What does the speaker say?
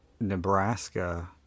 Nebraska